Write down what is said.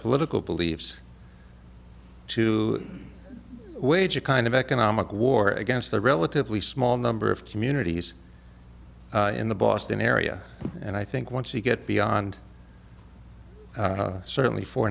political beliefs to wage a kind of economic war against the relatively small number of communities in the boston area and i think once you get beyond certainly four